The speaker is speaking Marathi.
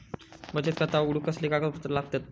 बचत खाता उघडूक कसले कागदपत्र लागतत?